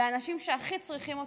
לאנשים שהכי צריכים אותו.